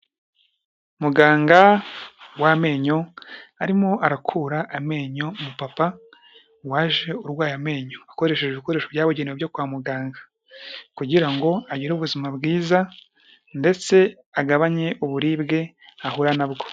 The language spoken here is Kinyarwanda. Muganga w'amenyo arimo arakura amenyo umupapa waje urwaye amenyo, akoresheje ibikoresho byabuginewe byo kwa muganga, kugira ngo agire ubuzima bwiza ndetse agabanye uburibwe ahura nabwo.